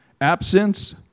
absence